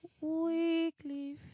Weekly